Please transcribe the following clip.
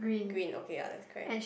green okay ya that's correct